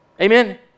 Amen